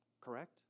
Correct